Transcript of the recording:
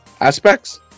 aspects